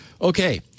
Okay